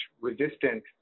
resistant